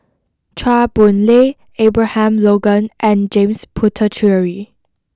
Chua Boon Lay Abraham Logan and James Puthucheary